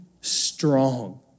strong